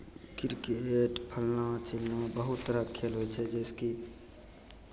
cricket फल्लाँ चिल्लाँ बहुत तरहके खेल होइ छै जइसे कि